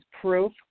proof